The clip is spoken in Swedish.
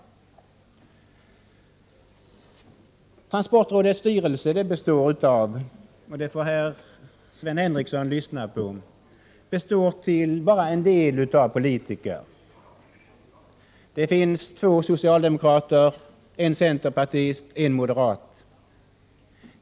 Transportrådets styrelse — och detta bör Sven Henricsson lyssna på — består bara till en del av politiker. Där finns två socialdemokrater, en centerpartist och en moderat.